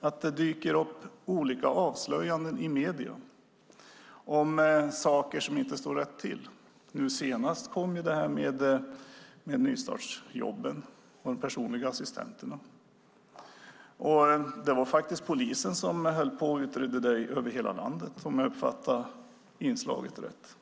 att det dyker upp olika avslöjanden i medierna om saker som inte står rätt till. Nu senast kom detta med nystartsjobben och de personliga assistenterna. Det var faktiskt polisen som höll på att utreda detta över hela landet, om jag uppfattade inslaget rätt.